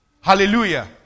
Hallelujah